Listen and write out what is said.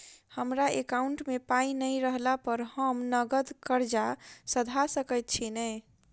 हमरा एकाउंट मे पाई नै रहला पर हम नगद कर्जा सधा सकैत छी नै?